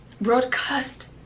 broadcast